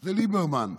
זה ליברמן.